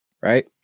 right